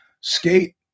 skate